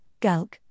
GALC